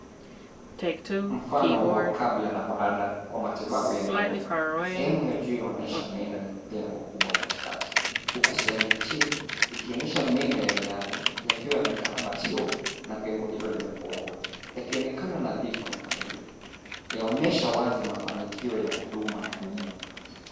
Mfano wa kabla na baada wa matibabu ya meno. Sehemu ya juu yaonyesha meno yenye pengo kubwa katikati, huku sehemu ya chini ikionyesha meno yale yale yakiwa yamekarabatiwa na pengo hilo limefungwa; yakionekana nadhifu na kamili. Yaonyesha wazi mafanikio ya huduma ya meno.